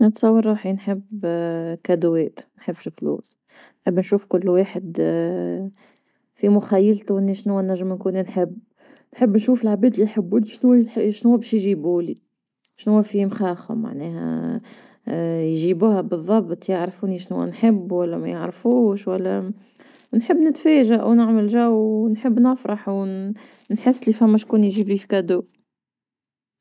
نتصور روحي هدايا ما نحبش لفلوس، نحب نشوف كل واحد في مخيلتو نجم نكون ذهب، نحب نشوف العباد لي يحبوني شنوا شنوا باش يجيبو لي؟ شنوا في مخاخهم معناها يجيبوها بالضبط يعرفوني شنوا نحب ولا ما يعرفوش ولا نحب نتفاجأ ونعمل جو نحب نفرح نحس اللي فما شكون يجيبلي هدية.